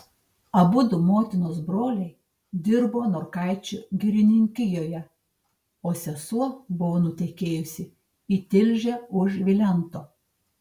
abudu motinos broliai dirbo norkaičių girininkijoje o sesuo buvo nutekėjusi į tilžę už vilento